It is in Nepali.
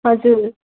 हजुर